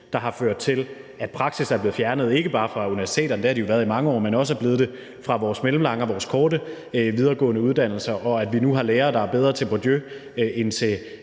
der har ført til, at praksis er blevet fjernet, ikke bare fra universiteterne, for det har den jo været i mange år, man også er blevet fjernet fra vores mellemlange og vores korte videregående uddannelser, og at vi nu har lærere, der er bedre til Rousseau end til